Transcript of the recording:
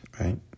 right